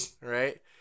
Right